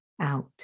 out